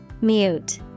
Mute